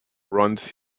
runs